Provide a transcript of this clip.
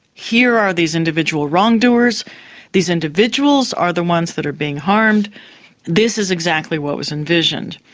here are these individual wrongdoers these individuals are the ones that are being harmed this is exactly what was envisioned.